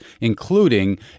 including